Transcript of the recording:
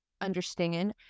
understanding